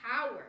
power